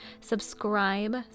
Subscribe